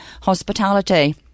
hospitality